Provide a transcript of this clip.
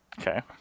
Okay